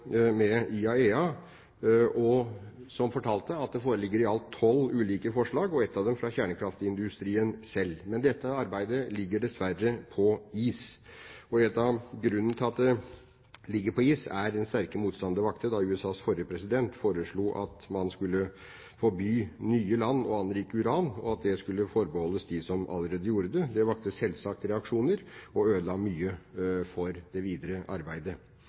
med IAEA, som fortalte at det foreligger i alt tolv ulike forslag, ett av dem fra kjernekraftindustrien selv. Men dette arbeidet ligger dessverre på is. En av grunnene til at det ligger på is er den sterke motstand det vakte da USAs forrige president foreslo at man skulle forby nye land å anrike uran, og at det skulle forbeholdes dem som allerede gjorde det. Det vakte selvsagt reaksjoner og ødela mye for det videre arbeidet.